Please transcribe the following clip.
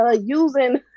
using